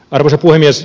arvoisa puhemies